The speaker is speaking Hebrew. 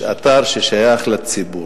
אתר השייך לציבור.